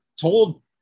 told